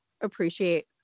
appreciate